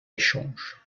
échange